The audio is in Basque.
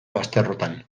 bazterrotan